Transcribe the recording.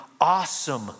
awesome